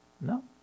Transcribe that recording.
No